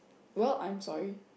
well I am sorry